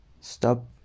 Stop